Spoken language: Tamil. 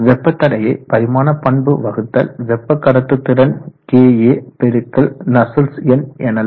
வெப்ப தடையை பரிமாண பண்பு வகுத்தல் வெப்ப கடத்துதிறன் Ka பெருக்கல் நஸ்சல்ட்ஸ் எண் எனலாம்